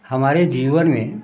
हमारे जीवन में